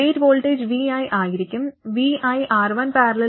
gate voltage vi ആയിരിക്കും viR1||R2RSR1||R2